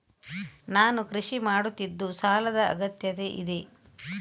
ನಾನು ಕೃಷಿ ಮಾಡುತ್ತಿದ್ದು ಸಾಲದ ಅಗತ್ಯತೆ ಇದೆ?